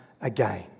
again